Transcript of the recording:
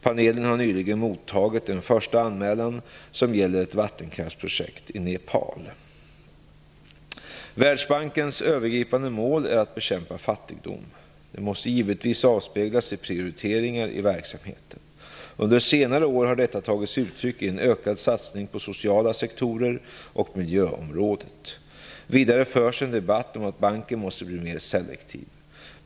Panelen har nyligen mottagit en första anmälan, som gäller ett vattenkraftprojekt i Nepal. Världsbankens övergripande mål är att bekämpa fattigdom. Det måste givetvis avspeglas i prioriteringarna i verksamheten. Under senare år har detta tagit sig uttryck i en ökad satsning på sociala sektorer och miljöområdet. Vidare förs en debatt om att banken måste bli mer selektiv.